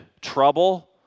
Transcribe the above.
trouble